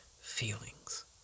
feelings